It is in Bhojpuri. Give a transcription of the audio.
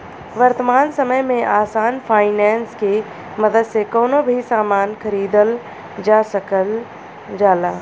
वर्तमान समय में आसान फाइनेंस के मदद से कउनो भी सामान खरीदल जा सकल जाला